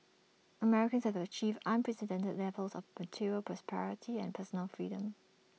Americans have achieved unprecedented levels of material prosperity and personal freedom